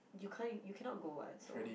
[huh] you cannot go [what] eh so